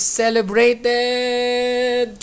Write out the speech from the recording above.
celebrated